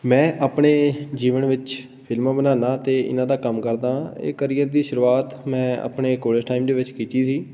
ਮੈਂ ਆਪਣੇ ਜੀਵਨ ਵਿੱਚ ਫਿਲਮਾਂ ਬਣਾਉਂਦਾ ਹਾਂ ਅਤੇ ਇਹਨਾਂ ਦਾ ਕੰਮ ਕਰਦਾ ਹਾਂ ਇਹ ਕਰੀਅਰ ਦੀ ਸ਼ੁਰੂਆਤ ਮੈਂ ਆਪਣੇ ਕੋਲੇਜ ਟਾਈਮ ਦੇ ਵਿੱਚ ਕੀਤੀ ਸੀ